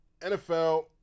NFL